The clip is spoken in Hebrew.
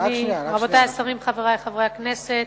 רבותי השרים, חברי חברי הכנסת,